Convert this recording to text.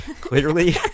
Clearly